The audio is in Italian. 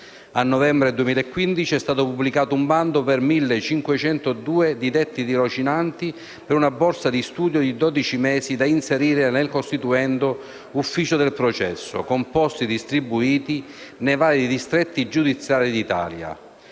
A novembre del 2015 è stato pubblicato un bando per 1.502 tirocinanti, per una borsa di studio di dodici mesi, da inserire nel costituendo ufficio del processo, con posti distribuiti nei vari distretti giudiziari d'Italia.